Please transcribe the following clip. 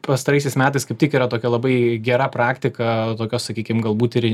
pastaraisiais metais kaip tik yra tokia labai gera praktika tokio sakykim galbūt ir